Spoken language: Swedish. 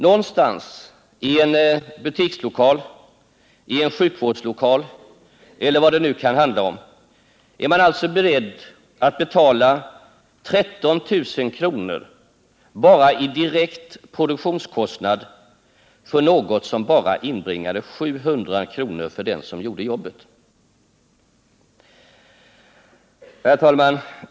Någonstans, i en butikslokal, i en sjukvårdslokal eller vad det nu kan handla om, är man alltså beredd att betala 13 000 kr. bara i direkt produktionskostnad för något som endast inbringade 700 kr. för den som gjorde jobbet. Herr talman!